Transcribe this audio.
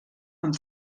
amb